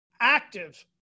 active